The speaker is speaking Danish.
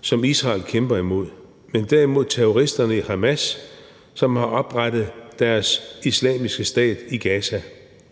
som Israel kæmper imod, men derimod terroristerne i Hamas, som har oprettet deres islamiske stat i Gaza.